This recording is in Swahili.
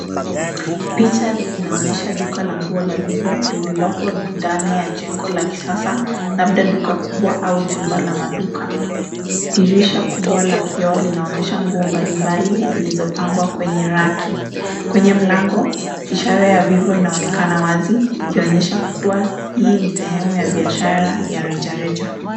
Picha inaonesha duka la nguo la vivo lililoko ndani ya jengo la kisasa labda duka kubwa ua jumba la maduka. Dirisha kubwa la kioo linaonyesha nguo mbalimbali zilizo pangwa kwenye raki. Kwenye mlango ishara ya vivo inaonekana wazi ikionyesha kuwa hii ni sehemu ya biashara ya rejareja.